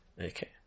Okay